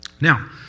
Now